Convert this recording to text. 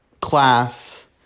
class